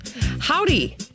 howdy